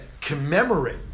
commemorate